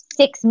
six